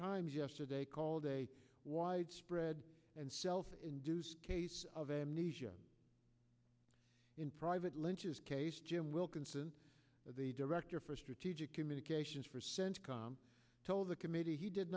times yesterday called a widespread and self induced case of amnesia in private lynch's case jim wilkinson the director for strategic communications for centcom told the committee he did